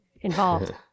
involved